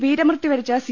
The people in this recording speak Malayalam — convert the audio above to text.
വീരമൃത്യു വരിച്ച സി